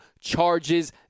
charges